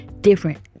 different